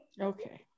okay